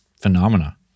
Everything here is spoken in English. phenomena